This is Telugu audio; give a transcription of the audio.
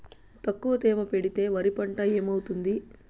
తక్కువ తేమ పెడితే వరి పంట ఏమవుతుంది